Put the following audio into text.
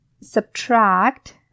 subtract